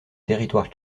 territoire